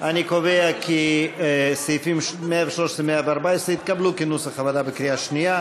אני קובע כי סעיפים 113 ו-114 התקבלו כנוסח הוועדה בקריאה שנייה.